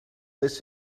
this